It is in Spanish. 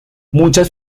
muchas